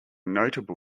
notable